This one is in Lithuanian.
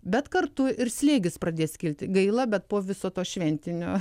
bet kartu ir slėgis pradės kilti gaila bet po viso to šventinio